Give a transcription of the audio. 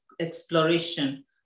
Exploration